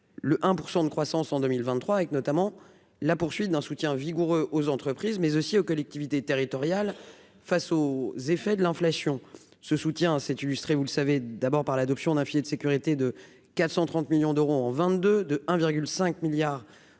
le 1 % de croissance en 2023, avec notamment la poursuite d'un soutien vigoureux aux entreprises, mais aussi aux collectivités territoriales face aux effets de l'inflation, ce soutien s'est illustré, vous le savez, d'abord par l'adoption d'un filet de sécurité de 430 millions d'euros en 22 de un virgule